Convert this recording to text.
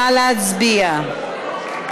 נא להצביע.